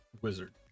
Wizard